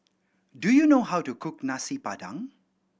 do you know how to cook Nasi Padang